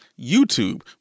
YouTube